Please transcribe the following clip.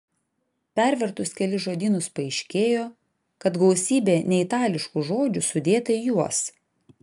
pervertus kelis žodynus paaiškėjo kad gausybė neitališkų žodžių sudėta į juos